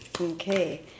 okay